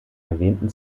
erwähnten